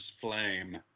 flame